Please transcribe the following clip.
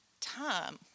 time